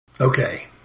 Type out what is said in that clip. Okay